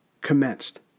commenced